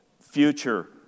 future